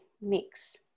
mix